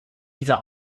dieser